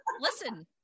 listen